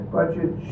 budget